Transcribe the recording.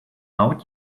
out